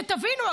שתבינו,